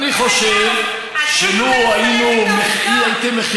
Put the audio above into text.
אני חושב שלו היינו, אתה לא יכול לסלף את העובדות.